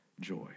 joy